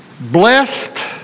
blessed